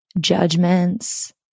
judgments